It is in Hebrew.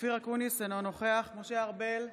אופיר אקוניס, אינו נוכח משה ארבל,